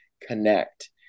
connect